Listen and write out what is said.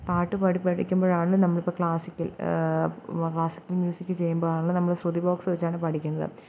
പാട്ട് പാടി പഠിക്കുമ്പോഴാണല്ലോ നമ്മളിപ്പോൾ ക്ലാസ്സിക്കൽ ക്ലാസിക്കൽ മ്യൂസിക് ചെയ്യുമ്പോഴാണല്ലോ നമ്മള് ശ്രുതി ബോക്സ് വെച്ചാണ് പഠിക്കുന്നത്